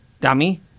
dummy